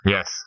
Yes